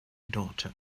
daughter